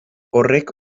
horrek